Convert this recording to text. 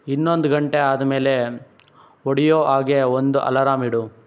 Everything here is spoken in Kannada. ಇನ್ನೊಂದು ಗಂಟೆ ಆದಮೇಲೆ ಹೊಡೆಯೊ ಹಾಗೆ ಒಂದು ಅಲರಾಮ್ ಇಡು